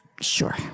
sure